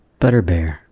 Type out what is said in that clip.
Butterbear